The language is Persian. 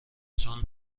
چون